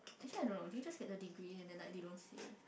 actually I don't know do you just get the degree and then like they don't say